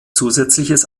zusätzliches